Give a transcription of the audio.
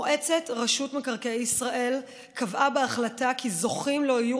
מועצת רשות מקרקעי ישראל קבעה בהחלטה כי זוכים לא יהיו